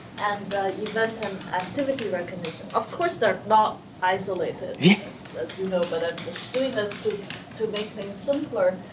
and event and activity recognition. of course, they're not isolated as as you know, but i'm just doing this to to make things simpler.